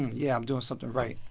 yeah, i'm doing something right?